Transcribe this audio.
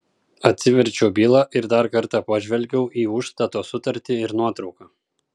atsiverčiau bylą ir dar kartą pažvelgiau į užstato sutartį ir nuotrauką